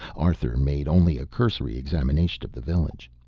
arthur made only a cursory examination of the village.